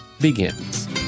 begins